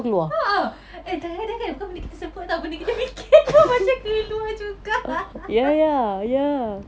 a'ah eh tapi kadang-kadang kan bukan kita sebut [tau] benda kita fikir pun macam keluar juga